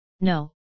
No